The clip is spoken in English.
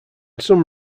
some